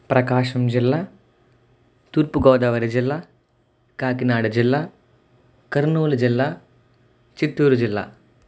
ప్రకాశం జిల్లా తూర్పు గోదావరి జిల్లా కాకినాడ జిల్లా కర్నూలు జిల్లా చిత్తూరు జిల్లా